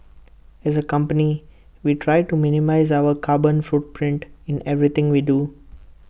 as A company we try to minimise our carbon footprint in everything we do